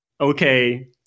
okay